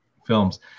films